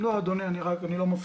לא אדוני, אני לא מפריע.